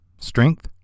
Strength